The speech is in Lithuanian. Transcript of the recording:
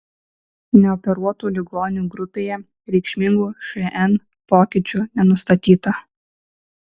neoperuotų ligonių grupėje reikšmingų šn pokyčių nenustatyta